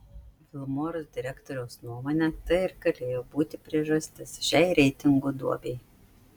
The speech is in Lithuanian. vilmorus direktoriaus nuomone tai ir galėjo būti priežastis šiai reitingų duobei